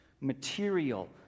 material